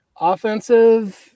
Offensive